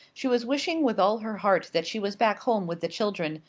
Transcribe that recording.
she was wishing with all her heart that she was back home with the children,